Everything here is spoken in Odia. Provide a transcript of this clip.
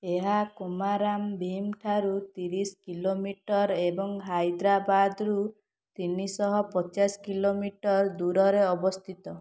ଏହା କୁମାରାମ୍ ବିମ୍ ଠାରୁ ତିରିଶି କିଲୋମିଟର୍ ଏବଂ ହାଇଦ୍ରାବାଦରୁ ତିନିଶହପଚାଶ କିଲୋମିଟର୍ ଦୂରରେ ଅବସ୍ଥିତ